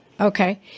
Okay